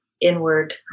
inward